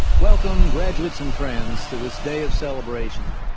welcome, graduates and friends, to this day of celebration.